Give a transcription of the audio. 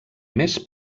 més